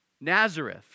Nazareth